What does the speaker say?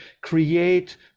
create